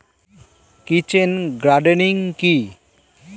Kitchen gardening কি?